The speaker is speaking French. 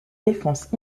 défenses